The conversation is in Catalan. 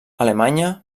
alemanya